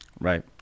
Right